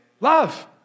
love